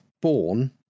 born